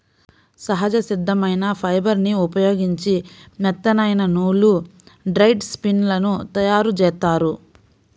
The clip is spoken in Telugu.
సహజ సిద్ధమైన ఫైబర్ని ఉపయోగించి మెత్తనైన నూలు, థ్రెడ్ స్పిన్ లను తయ్యారుజేత్తారు